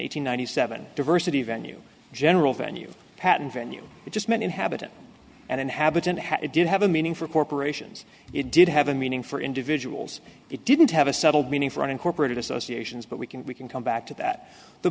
hundred seven diversity venue general venue patent venue it just meant inhabitant and inhabitant had it did have a meaning for corporations it did have a meaning for individuals it didn't have a settled meaning for unincorporated associations but we can we can come back to that the